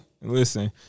Listen